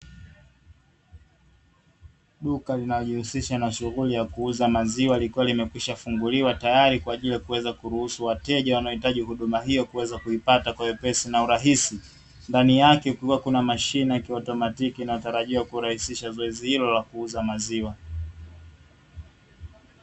Duka linalojihusisha na shughuli ya kuuza maziwa, likiwa limekwishafunguliwa tayari kwaajili ya kuweza kuruhusu wateja wanohitaji huduma hiyo kuweza kuipata kwa wepesi na urahisi. Ndani yake kukiwa na mashine ya kiautomatiki inayotarajiwa kurahisisha zoezi hilo la kuuza maziwa.